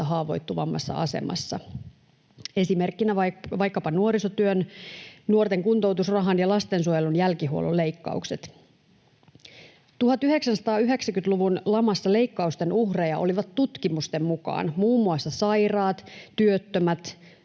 haavoittuvimmassa asemassa, esimerkkinä vaikkapa nuorisotyön, nuorten kuntoutusrahan ja lastensuojelun jälkihuollon leikkaukset. 1990-luvun lamassa leikkausten uhreja olivat tutkimusten mukaan muun muassa sairaat, työttömät,